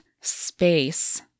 space